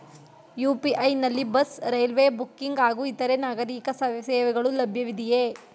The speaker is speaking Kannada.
ಯು.ಪಿ.ಐ ನಲ್ಲಿ ಬಸ್, ರೈಲ್ವೆ ಬುಕ್ಕಿಂಗ್ ಹಾಗೂ ಇತರೆ ನಾಗರೀಕ ಸೇವೆಗಳು ಲಭ್ಯವಿದೆಯೇ?